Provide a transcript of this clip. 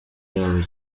yabo